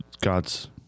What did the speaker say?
God's